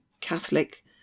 Catholic